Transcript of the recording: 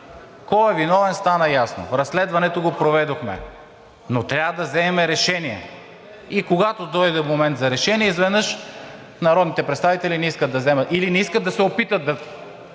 Кой е виновен, стана ясно. Разследването го проведохме, но трябва да вземем решение. И когато дойде момент за решение, изведнъж народните представители не искат да вземат или не искат да се опитат да